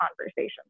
conversations